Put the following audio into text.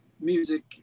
Music